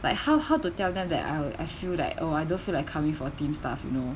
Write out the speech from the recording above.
like how how to tell them that I I feel like oh I don't feel like coming for team stuff you know